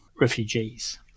refugees